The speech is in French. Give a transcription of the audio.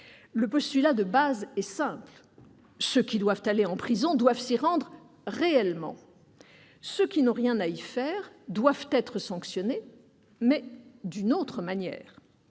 Le postulat de base est simple : ceux qui doivent aller en prison doivent s'y rendre réellement ; ceux qui n'ont rien à y faire doivent être sanctionnés, mais d'une autre manière.